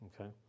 okay